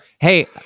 hey